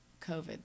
COVID